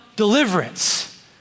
deliverance